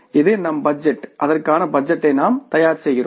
இது நம் பட்ஜெட் அதற்கான பட்ஜெட்டை நாம் தயார் செய்கிறோம்